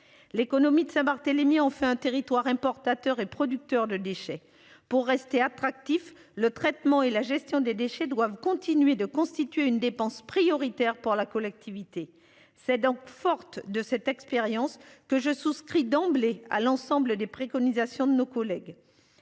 l'économie de Saint-Barthélemy en fait un territoire importateurs et producteurs de déchets pour rester attractif le traitement et la gestion des déchets doivent continuer de constituer une dépense prioritaire pour la collectivité. C'est donc forte de cette expérience que je souscris d'emblée à l'ensemble des préconisations de nos collègues.